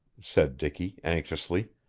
said dicky anxiously.